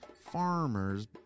farmers